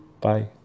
Bye